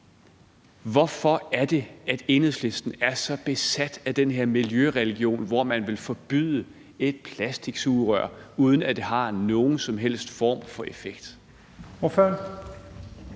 Hvorfor er det, at Enhedslisten er så besat af den her miljøreligion, hvor man vil forbyde et plastiksugerør, uden at det har nogen som helst form for effekt?